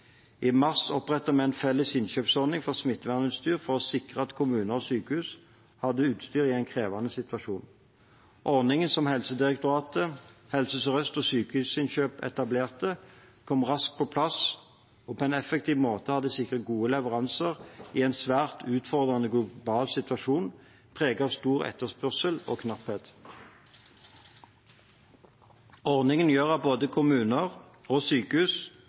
I mars opprettet vi en felles innkjøpsordning for smittevernutstyr for å sikre at kommuner og sykehus hadde utstyr i en krevende situasjon. Ordningen som Helsedirektoratet, Helse Sør-Øst og Sykehusinnkjøp HF etablerte, kom raskt på plass, og på en effektiv måte har det sikret gode leveranser i en svært utfordrende global situasjon preget av stor etterspørsel og knapphet. Ordningen gjør at både kommuner og sykehus